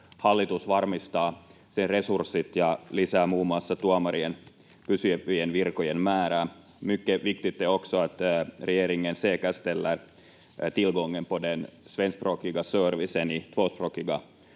hallitus varmistaa sen resurssit ja lisää muun muassa tuomarien pysyvien virkojen määrää. Mycket viktigt är också att regeringen säkerställer tillgången på